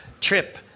trip